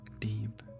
Deep